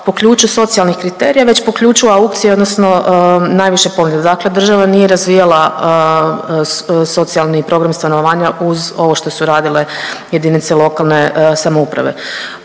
po ključu socijalnih kriterija već po ključu aukcije odnosno najviše ponude. Dakle, država nije razvijala socijalni program stanovanja uz ovo što su radile jedinice lokalne samouprave.